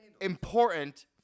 important